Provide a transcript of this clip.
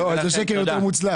לא, איזה שקר יותר מוצלח.